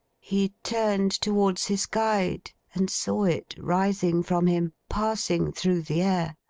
he turned towards his guide, and saw it rising from him, passing through the air.